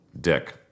dick